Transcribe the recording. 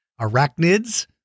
arachnids